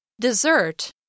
Dessert